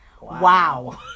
Wow